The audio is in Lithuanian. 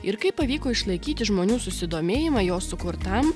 ir kaip pavyko išlaikyti žmonių susidomėjimą jo sukurtam